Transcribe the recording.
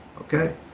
okay